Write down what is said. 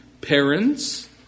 Parents